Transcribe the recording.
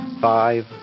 five